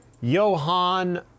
Johan